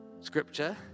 Scripture